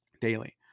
daily